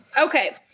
Okay